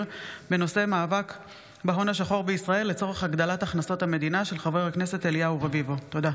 בהצעתו של חבר הכנסת אליהו רביבו בנושא: